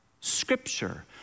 Scripture